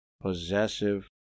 possessive